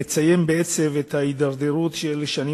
עוברים לציין בעצב את ההידרדרות של השנים